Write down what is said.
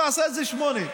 תעשה את זה ב-08:00.